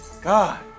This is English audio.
God